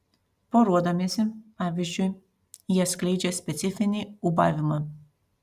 poruodamiesi pavyzdžiui jie skleidžia specifinį ūbavimą